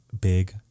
big